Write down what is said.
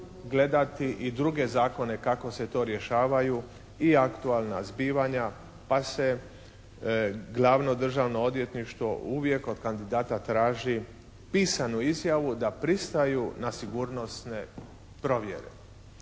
gledati i druge zakone kako se to rješavaju i aktualna zbivanja pa se glavno Državno odvjetništvo uvijek od kandidata traži pisanu izjavu da pristaju na sigurnosne provjere.